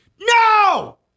No